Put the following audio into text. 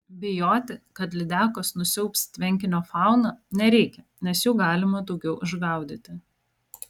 bijoti kad lydekos nusiaubs tvenkinio fauną nereikia nes jų galima daugiau išgaudyti